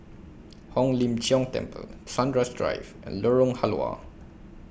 Hong Lim Jiong Temple Sunrise Drive and Lorong Halwa